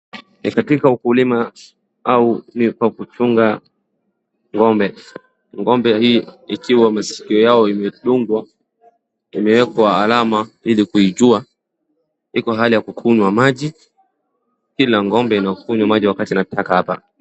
Ni katika ukulima au ni kwa kuchunga ng'ombe, ng'ombe hii ikiwa masikio yao imedungwa, imeekwa alama ili kuijua, iko hali ya kukunywa maji, kila ngombe inakunywa maji wakati inataka hapa .